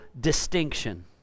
distinction